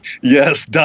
Yes